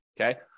okay